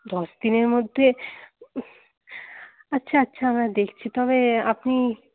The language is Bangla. দশ দিনের মধ্যে আচ্ছা আচ্ছা আমরা দেখছি তবে আপনি